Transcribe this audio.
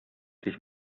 sich